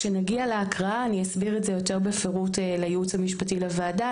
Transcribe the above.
כשנגיע להקראה אני אסביר את זה יותר בפירוט לייעוץ המשפטי לוועדה,